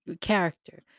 character